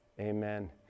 amen